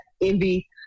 Envy